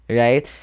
right